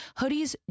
hoodies